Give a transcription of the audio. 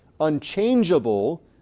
unchangeable